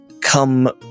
come